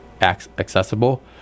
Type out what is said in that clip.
accessible